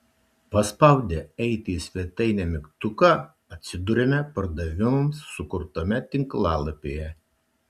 paspaudę eiti į svetainę mygtuką atsiduriame pardavimams sukurtame tinklalapyje